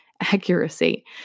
accuracy